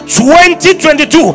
2022